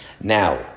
Now